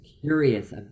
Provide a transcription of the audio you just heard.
curious